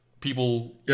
people